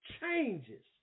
changes